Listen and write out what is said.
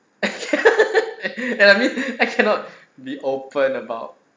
and I mean I cannot be open about